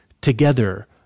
together